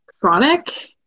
chronic